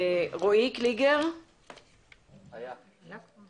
רואי קליגר, בבקשה.